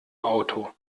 auto